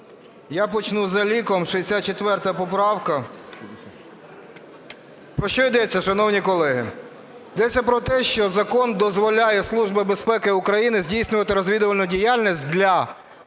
Я почну за ліком – 64 поправка. Про що йдеться, шановні колеги. Йдеться про те, що закон дозволяє Службі безпеки України здійснювати розвідувальну діяльність в